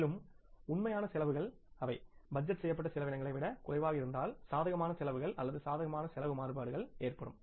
மேலும்உண்மையான செலவுகள் அவை பட்ஜெட் செய்யப்பட்ட செலவினங்களை விடக் குறைவாக இருந்தால் சாதகமான செலவுகள் அல்லது சாதகமான செலவு மாறுபாடுகள் ஏற்படும்